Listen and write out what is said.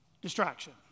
distraction